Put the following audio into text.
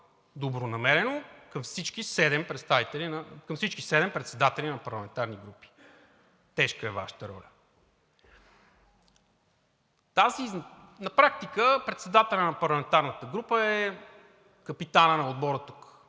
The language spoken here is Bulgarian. добронамерено към всички седем председатели на парламентарни групи. Тежка е Вашата роля! На практика председателят на парламентарната група е капитанът на отбора и